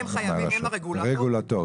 הם הרגולטור,